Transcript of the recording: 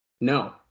No